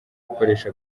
gukoresha